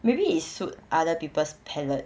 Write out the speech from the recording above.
maybe it suit other people's palate